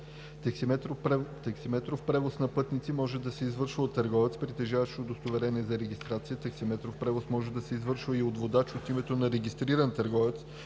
Таксиметров превоз на пътници може да се извършва от търговец, притежаващ удостоверение за регистрация. Таксиметров превоз може да се извършва и от водач от името на регистриран търговец,